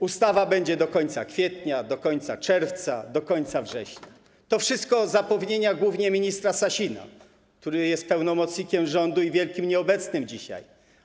Ustawa będzie do końca kwietnia, do końca czerwca, do końca września - to wszystko zapewnienia głównie ministra Sasina, który jest pełnomocnikiem rządu i wielkim nieobecnym dzisiaj.